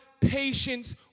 patience